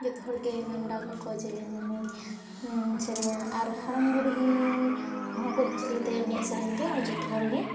ᱡᱚᱛᱚ ᱦᱚᱲᱜᱮ ᱱᱟᱢᱰᱟᱠ ᱟᱠᱚ ᱡᱮ ᱱᱤᱭᱟᱹ ᱥᱮᱨᱮᱧᱟᱭ ᱟᱨ ᱦᱟᱲᱟᱢ ᱵᱩᱲᱦᱤ ᱩᱱᱠᱩ ᱦᱚᱸᱠᱚ ᱠᱩᱥᱤᱭᱟᱛᱟᱭᱟ ᱩᱱᱤᱭᱟᱜ ᱥᱮᱨᱮᱧ ᱫᱚ ᱟᱨ ᱡᱚᱛᱚᱦᱚᱲ ᱜᱮ